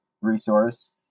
resource